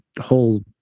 whole